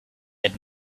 had